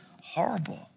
horrible